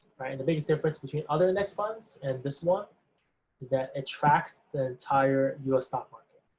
the biggest difference between other index funds and this one is that it tracks the entire us stock market.